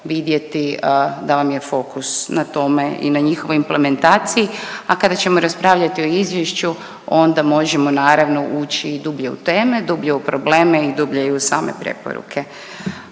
vidjeti da vam je fokus na tome i na njihovoj implementaciji. A kada ćemo raspravljati o izvješću onda možemo naravno ući i dublje u teme, dublje u probleme i dublje i u same preporuke.